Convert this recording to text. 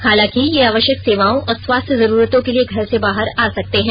हालांकि ये आवश्यक सेवाओं और स्वास्थ्य जरूरतों के लिए घर से बाहर आ सकते हैं